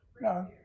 no